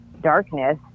darkness